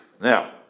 Now